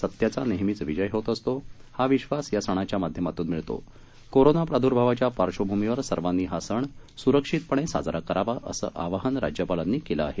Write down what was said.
सत्याचा नेहमीच विजय होत असतो हा विश्वास या सणाच्या माध्यमातून मिळतो करोना प्रादुर्भावाच्या पार्श्वभूमीवर सर्वांनी हा सण सुरक्षितपणे साजरा करावा असं आवाहनही राज्यपालांनी केलं आहे